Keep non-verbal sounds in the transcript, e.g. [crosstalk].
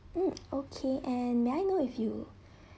mm okay and may I know if you have [breath]